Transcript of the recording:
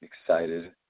excited